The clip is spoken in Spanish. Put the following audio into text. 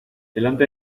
delante